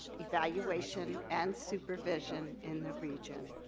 evaluation and supervision in the region.